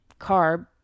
carb